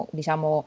diciamo